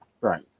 Right